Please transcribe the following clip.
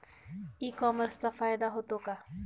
E कॉमर्सचा फायदा होतो का?